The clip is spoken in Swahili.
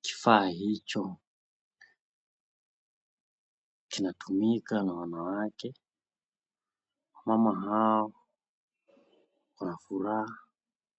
Kifaa hicho kinatumika na wanawake kama hao na furaha.